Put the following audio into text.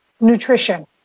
nutrition